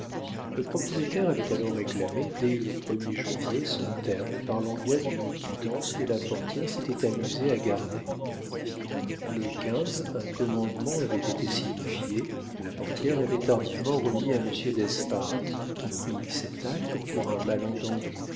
le propriétaire avait alors réclamé dès le er janvier son terme par l'envoi d'une quittance que la portière s'était amusée à garder le un commandement avait été signifié la portière l'avait tardivement remis à monsieur d'espard qui prit cet acte pour un malentendu